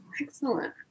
Excellent